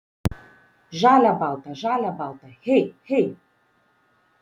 žalia balta žalia balta hey hey